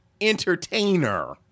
entertainer